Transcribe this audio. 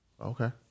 Okay